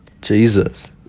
Jesus